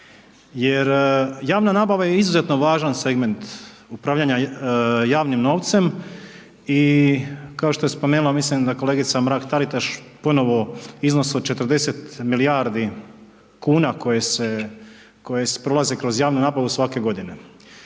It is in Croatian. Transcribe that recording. Jer javna nabava je izuzetno važan segment upravljanja javnim novcem i kao što je spomenula, mislim da kolegica Mrak-Taritaš ponovo iznos od 40 milijardi kuna koje se, koje prolaze kroz javnu nabavu svake godine.